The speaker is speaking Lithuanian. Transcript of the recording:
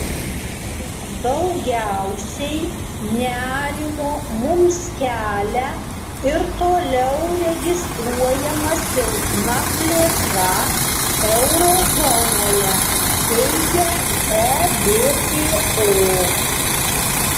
daugiausiai nerimo mums kelia ir toliau registruojama silpna plėtra euro zonoje teigia ebpo